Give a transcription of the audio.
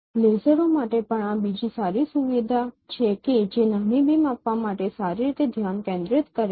લેસરો માટે પણ આ બીજી સારી સુવિધા છે કે જે નાની બીમ આપવા માટે સારી રીતે ધ્યાન કેન્દ્રિત કરે છે